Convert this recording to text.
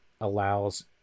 allows